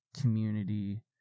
community